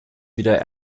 wieder